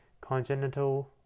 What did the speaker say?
congenital